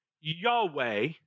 Yahweh